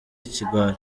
ikigwari